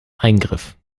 eingriff